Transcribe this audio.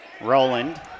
Roland